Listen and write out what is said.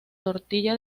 tortilla